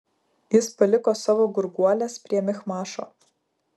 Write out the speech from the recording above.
jis paliko savo gurguoles prie michmašo